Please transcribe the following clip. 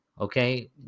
okay